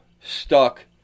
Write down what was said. stuck